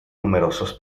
numerosos